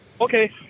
okay